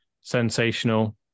sensational